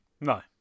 No